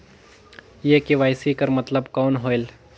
ये के.वाई.सी कर मतलब कौन होएल?